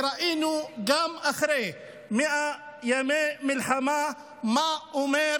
כי ראינו גם אחרי 100 ימי מלחמה מה אומר